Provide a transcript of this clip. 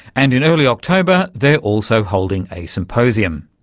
and in early october they're also holding a symposium.